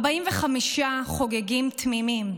45 חוגגים תמימים,